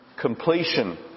completion